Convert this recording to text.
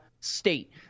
state